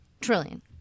Trillion